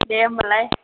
दे होमबालाय